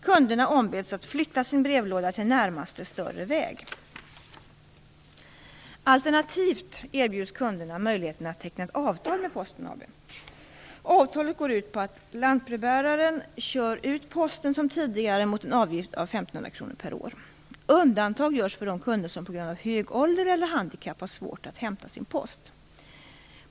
Kunderna ombeds att flytta sin brevlåda till närmaste större väg. Alternativt erbjuds kunderna möjligheten att teckna ett avtal med Posten AB. Avtalet går ut på att lantbrevbäraren kör ut posten som tidigare mot en avgift av 1 500 kr per år. Undantag görs för de kunder som på grund av hög ålder eller handikapp har svårt att hämta sin post.